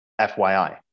FYI